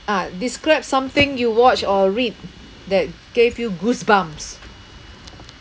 ah describe something you watched or read that gave you goosebumps